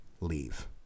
Leave